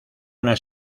una